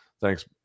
Thanks